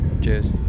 Cheers